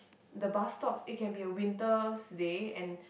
the bus stops it can be a winter's day and